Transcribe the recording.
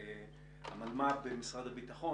מלמ"ב במשרד הביטחון,